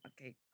okay